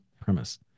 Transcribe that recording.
premise